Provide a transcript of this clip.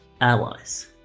Allies